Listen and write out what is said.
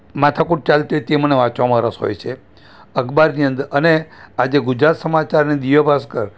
માથાકૂટ ચાલતી હોય તે મને વાંચવામાં રસ હોય છે અખબારની અંદર અને આજે ગુજરાત સમાચારને દિવ્ય ભાસ્કર